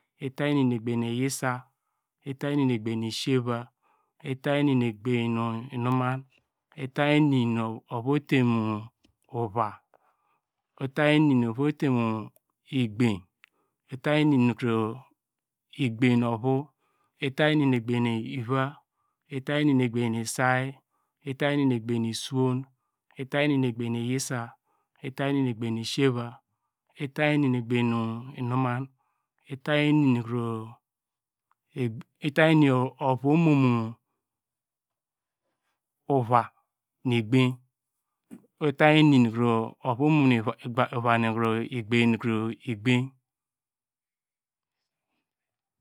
Itany ini nu egibany nu yisa, itany ini nu ebany siyeva, itany inu nu inuman, itany ini nu ovu ote mu ovu, itany ini nu ovu ote mu egbany itany ini nu egnany nu ovu; itany ini nu egnany nu iva, itany itany ini nu egbany su say, itany ini nu egbany nu suwon, itany ini nu egbany nu siyeva, itany ini nu egbany nu inuman itany ini nu kro ovu omo mu kro ova nu kro egbany.